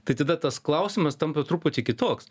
tai tada tas klausimas tampa truputį kitoks